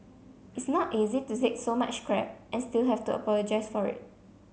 it's not easy to take so much crap and still have to apologise for it